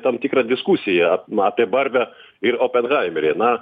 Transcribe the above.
tam tikrą diskusiją apie barbę ir openhaimerį na